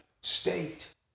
state